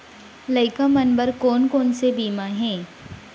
लइका मन बर कोन कोन से बीमा हे?